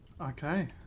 Okay